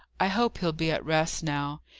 i hope he'll be at rest now.